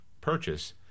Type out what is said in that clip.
purchase